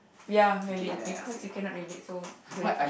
ya relate because you cannot relate so no need to an~